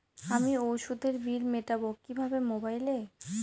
আমি ওষুধের বিল মেটাব কিভাবে মোবাইলে?